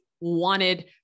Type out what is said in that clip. wanted